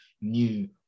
new